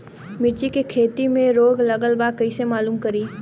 मिर्ची के खेती में रोग लगल बा कईसे मालूम करि?